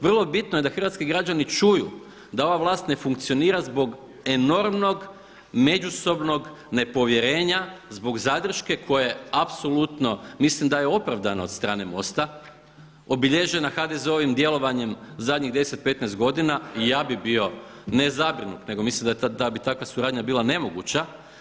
Vrlo bitno je da hrvatski građani čuju da ova vlast ne funkcionira zbog enormnog međusobnog nepovjerenja, zbog zadrške koje apsolutno mislim da je opravdano od strane MOST-a obilježena HDZ-ovim djelovanjem zadnjih 10, 15 godina i ja bi bio, ne zabrinut nego mislim da bi takva suradnja bila nemoguće.